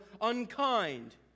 unkind